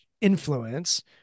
influence